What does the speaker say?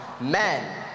men